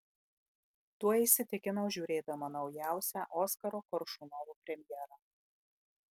tuo įsitikinau žiūrėdama naujausią oskaro koršunovo premjerą